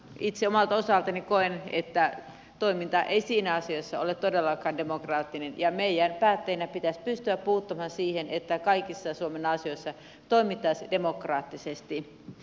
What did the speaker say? itse omalta osaltani koen että toiminta ei siinä asiassa ole todellakaan demokraattista ja meidän päättäjinä pitäisi pystyä puuttumaan siihen että kaikissa suomen asioissa toimittaisiin demokraattisesti